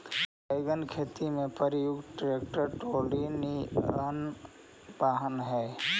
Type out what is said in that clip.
wagon खेती में प्रयुक्त ट्रैक्टर ट्रॉली निअन वाहन हई